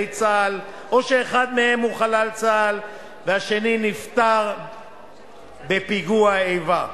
צה"ל או שאחד מהם הוא חלל צה"ל והשני נפטר בפיגוע איבה.